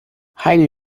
heidi